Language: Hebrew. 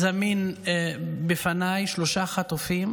זמינים בפניי שלושה חטופים